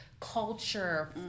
culture